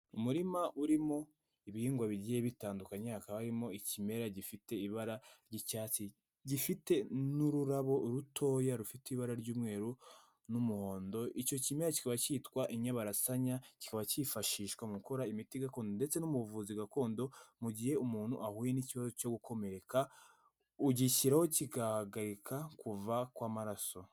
Umurima urimo ibihingwa bigiye bitandukanye, hakaba harimo ikimera gifite ibara ry'icyatsi, gifite n'ururabo rutoya rufite ibara ry'umweru n'umuhondo, icyo kimera kikaba cyitwa inyabarasanya, kikaba kifashishwa mu gukora imiti gakondo, ndetse no mubuvuzi gakondo, mu gihe umuntu ahuye n'ikibazo cyo gukomereka, ugishyiraho kigahagarika kuva kw'amaraso.